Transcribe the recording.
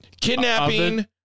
kidnapping